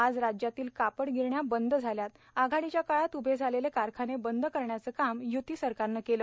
आज राज्यातील कापड गिरण्या बंद झाल्यात आघाडीच्या काळात उभे झालेले कारखाने बंद करण्याचं काम युती सरकारलं केलं